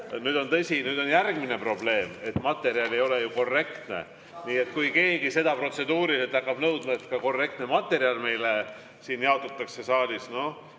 Tõsi, nüüd on järgmine probleem, et materjal ei ole ju korrektne. Nii et kui keegi hakkab protseduuriliselt nõudma, et ka korrektne materjal meile siin jaotataks saalis, siis